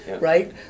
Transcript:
right